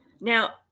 Now